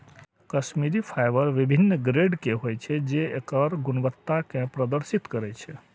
Kashmiri fibre विभिन्न grade के होइ छै, जे एकर गुणवत्ता कें प्रदर्शित करै छै